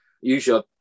usually